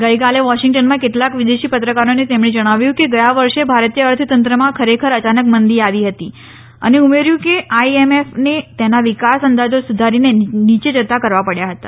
ગઇકાલે વોશિગ્ટનમાં કેટાલક વિદેશી પત્રકારોને તેમણે જણાવ્યું કે ગયા વર્ષે ભારતીય અર્થતંત્રમાં ખરેખર અયાનક મંદી આવી હતી અને ઉમેર્યું કે આઇએમએફ ને તેના વિકાસ અંદાજી સુધારીને નીચે જતા કરવા પડયા હતા